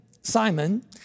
Simon